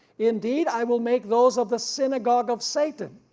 indeed i will make those of the synagogue of satan,